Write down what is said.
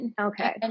Okay